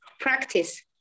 practice